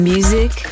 Music